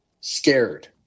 scared